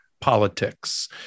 politics